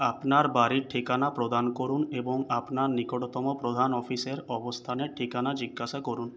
আপনার বাড়ির ঠিকানা প্রদান করুন এবং আপনার নিকটতম প্রধান অফিসের অবস্থানের ঠিকানা জিজ্ঞাসা করুন